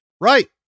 Right